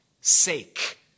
sake